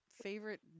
favorite